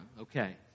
Okay